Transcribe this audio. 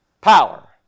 power